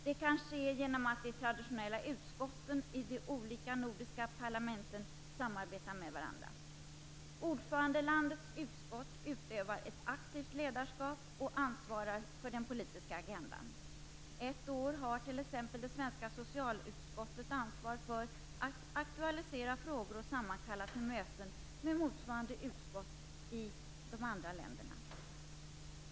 Det kan ske genom att de traditionella utskotten i de olika nordiska parlamenten samarbetar med varandra. Ordförandelandets utskott utövar då ett aktivt ledarskap och ansvarar för den politiska agendan. Ett år har t.ex. det svenska socialutskottet ansvar för att aktualisera frågor och sammankalla till möten med motsvarande utskott i de andra länderna.